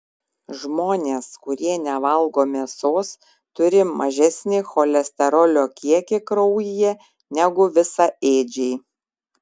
žmonės kurie nevalgo mėsos turi mažesnį cholesterolio kiekį kraujyje negu visaėdžiai